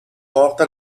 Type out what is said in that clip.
morta